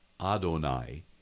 Adonai